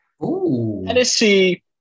Tennessee